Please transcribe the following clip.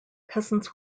peasants